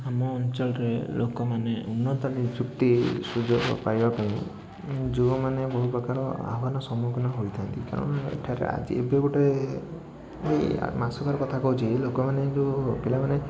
ଆମ ଅଞ୍ଚଳରେ ଲୋକମାନେ ଉନ୍ନତ ନିଯୁକ୍ତି ସୁଯୋଗ ପାଇବାପାଇଁ ଯେଉଁମାନେ ବହୁପ୍ରକାର ଆହ୍ୱାନ ସମ୍ମୁଖୀନ ହୋଇଥାନ୍ତି କାରଣ ଏଠାରେ ଆଜି ଏବେ ଗୋଟେ ଏଇ ମାସକର କଥା କହୁଛି ଏହି ଲୋକମାନେ ଏଇ ଯେଉଁ ପିଲାମାନେ